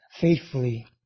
faithfully